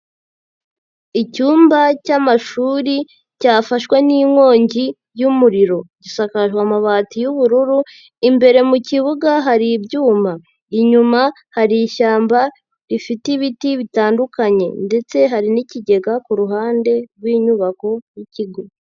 Icyumba cy'amashuri cyafashwe n'inkongi y'umuriro, gisakajwe amabati y'ubururu imbere mu kibuga hari ibyuma, inyuma hari ishyamba rifite ibiti bitandukanye ndetse hari n'ikigega ku ruhande rw'inyubako y'ikigo.